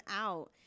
out